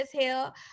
hell